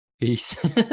Peace